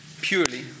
purely